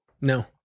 No